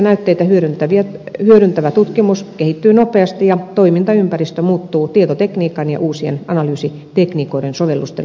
ihmisperäisiä näytteitä hyödyntävä tutkimus kehittyy nopeasti ja toimintaympäristö muuttuu tietotekniikan ja uusien analyysitekniikoiden sovellusten ansiosta